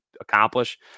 accomplish